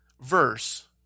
verse